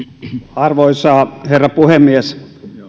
arvoisa herra puhemies